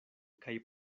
kaj